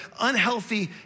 unhealthy